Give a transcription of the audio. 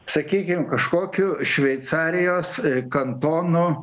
sakykim kažkokiu šveicarijos kantonų